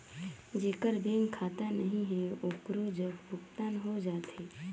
जेकर बैंक खाता नहीं है ओकरो जग भुगतान हो जाथे?